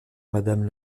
madame